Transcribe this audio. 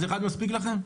אז אחד מספיק לכם?